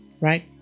Right